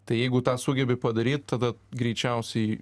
tai jeigu tą sugebi padaryt tada greičiausiai